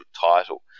title